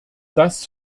das